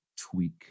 tweak